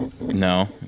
No